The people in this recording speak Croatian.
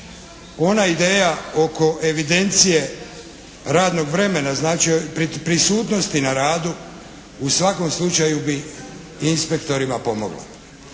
ona ideja oko evidencije radnog vremena, znači prisutnosti na radu u svakom slučaju bi inspektorima pomoglo.